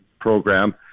program